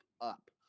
up